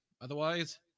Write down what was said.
Otherwise